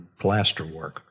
plasterwork